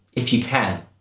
if you can.